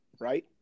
right